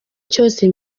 cyose